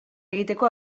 egiteko